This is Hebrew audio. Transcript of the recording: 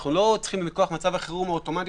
אנחנו לא צריכים לפעול מכוח מצב החירום האוטומטי